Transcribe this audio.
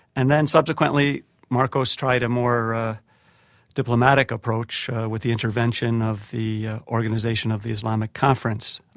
and then subsequently marcos tried a more diplomatic approach with the intervention of the organisation of the islamic conference,